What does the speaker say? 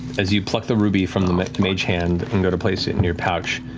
as you pluck the ruby from the mage hand and go to place it in your pouch,